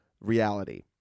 reality